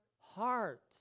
heart